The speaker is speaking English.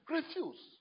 Refuse